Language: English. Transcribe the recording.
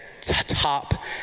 top